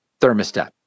thermostat